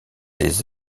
des